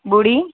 ॿुड़ी